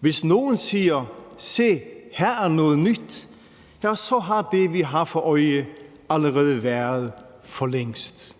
Hvis nogen siger: Se, her er noget nyt, så har det, vi ser for vort øje, allerede været der for længst.